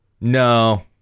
No